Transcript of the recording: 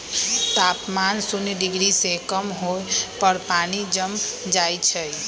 तापमान शुन्य डिग्री से कम होय पर पानी जम जाइ छइ